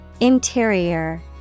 Interior